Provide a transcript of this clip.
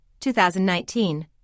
2019